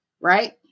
Right